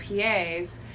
PAs